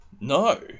No